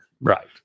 Right